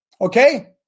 Okay